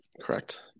correct